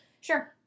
Sure